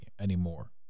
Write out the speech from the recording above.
anymore